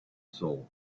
soul